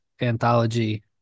anthology